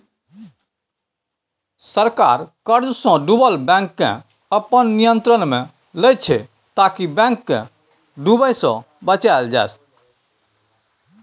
सरकार कर्जसँ डुबल बैंककेँ अपन नियंत्रणमे लैत छै ताकि बैंक केँ डुबय सँ बचाएल जाइ